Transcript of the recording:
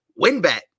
WinBet